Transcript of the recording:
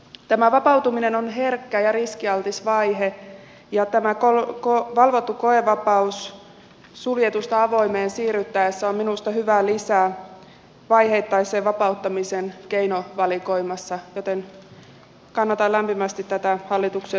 tämä vapautuminen on herkkä ja riskialtis vaihe ja tämä valvottu koevapaus suljetusta avoimeen siirryttäessä on minusta hyvä lisä vaiheittaisen vapauttamisen keinovalikoimassa joten kannatan lämpimästi tätä hallituksen esitystä